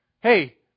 hey